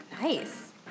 Nice